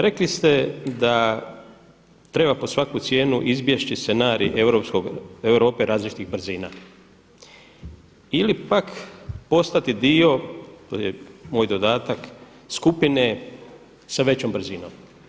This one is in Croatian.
Rekli ste da treba pod svaku cijenu izbjeći scenarij Europe različitih brzina ili pak postati dio – to je moj dodatak – skupine sa većom brzinom.